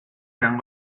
eran